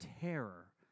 terror